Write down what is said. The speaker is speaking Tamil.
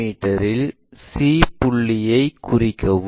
மீ இல் c புள்ளியை குறிக்கவும்